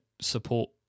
support